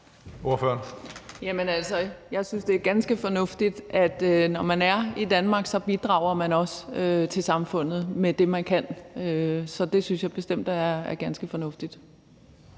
Jeg synes, at det er ganske fornuftigt, at når man er i Danmark, bidrager man også til samfundet med det, man kan. Så det synes jeg bestemt er ganske fornuftigt.